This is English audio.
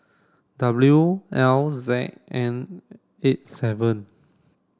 W L Z N eight seven